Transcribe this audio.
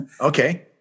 okay